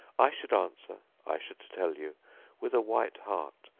i should answer, i should tell you with a white heart,